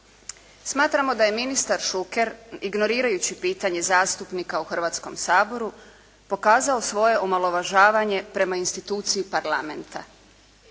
Smatramo da je ministar Šuker ignorirajući pitanje zastupnika u Hrvatskom saboru pokazao svoje omalovažavanje prema instituciji parlamenta.